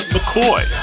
McCoy